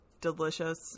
delicious